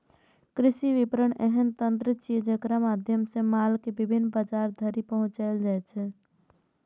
कृषि विपणन एहन तंत्र छियै, जेकरा माध्यम सं माल कें विभिन्न बाजार धरि पहुंचाएल जाइ छै